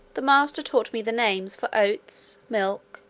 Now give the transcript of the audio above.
the master taught me the names for oats, milk,